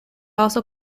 also